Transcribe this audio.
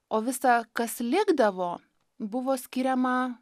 o visa kas likdavo buvo skiriama